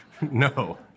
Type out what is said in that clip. No